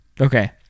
Okay